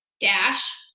dash